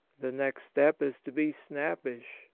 the next step is to be snappish,